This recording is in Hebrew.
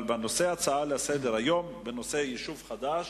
אבל בנושא ההצעה לסדר-היום, בנושא יישוב חדש,